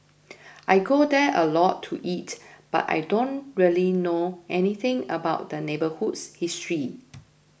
I go there a lot to eat but I don't really know anything about the neighbourhood's history